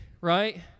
right